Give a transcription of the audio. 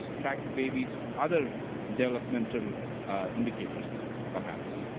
track the baby's other developmental indicators perhaps.